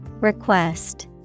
Request